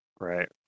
Right